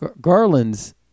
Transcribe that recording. Garland's